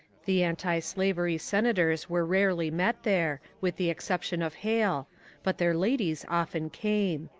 the antislavery senators were rarely met there, with the exception of hale but their ladies often came.